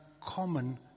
common